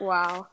Wow